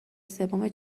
سوم